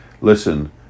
listen